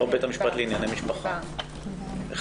כן, דיברנו.